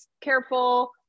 careful